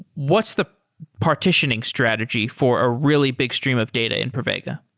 what's the partitioning strategy for a really big stream of data in pravega?